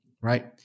right